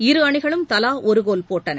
இருஅணிகளும் தலா ஒரு கோல் போட்டன